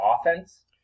offense